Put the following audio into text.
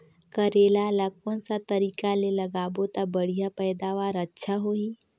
करेला ला कोन सा तरीका ले लगाबो ता बढ़िया पैदावार अच्छा होही?